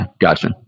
Gotcha